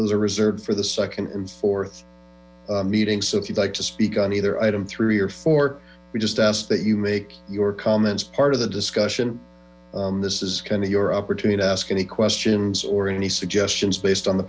those are reserved for the second and fourth meetings so if you'd like to speak on either item three or four we just ask that you make your comments part of the discussion this is kind of your opportunity to ask any questions or any suggestions based on the